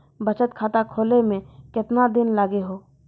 बचत खाता खोले मे केतना दिन लागि हो?